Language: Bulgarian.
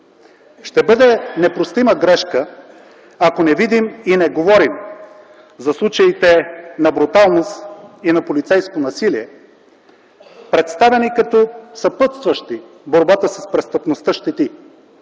Ще бъде непростима грешка, ако не видим и не говорим за случаите на бруталност и на полицейско насилие, представени като съпътстващи борбата с престъпността щети.